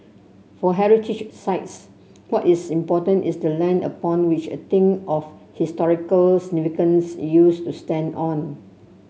for heritage sites what is important is the land upon which a thing of historical significance used to stand on